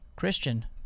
Christian